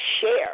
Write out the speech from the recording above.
share